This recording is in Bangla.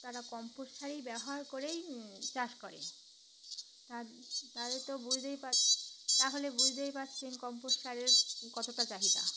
তারা কম্পোস শারি ব্যবহার করেই চাষ করে তার তাদের তো বুঝতেই তাহলে বুঝতেই পারছেন কম্পোস শারের কতটা চাহিদা